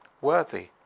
worthy